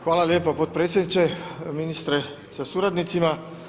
Hvala lijepo potpredsjedniče, ministre sa suradnicima.